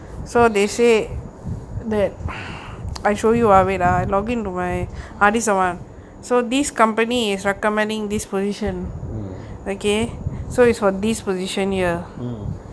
mm mm